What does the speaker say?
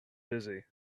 busy